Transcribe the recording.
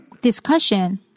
discussion